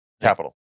capital